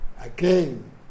again